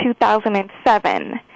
2007